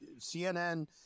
CNN